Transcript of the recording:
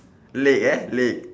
lake uh lake